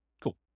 Cool